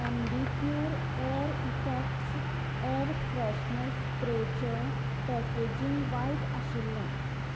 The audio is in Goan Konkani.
Ambi Pur air effects air freshener स्प्रेचें पॅकेजींग वायट आशिल्लें